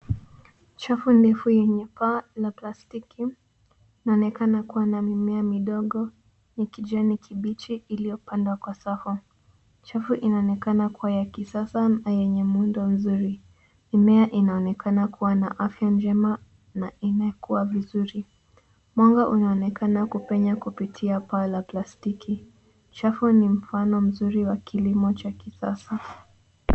Chafu ndefu yenye paa la plastiki, inaonekana kuwa na mimea midogo ya kijani kibichi iliyopandwa kwa safu. Chafu inaonekana kuwa ya kisasa na yenye muundo mzuri. Mimea inaonekana kuwa na afya njema na imekuwa vizuri. Mwanga unaonekana kupenya kupitia paa la plastiki. Chafu ni mfano mzuri wa kilimo cha kisasa.